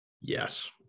Yes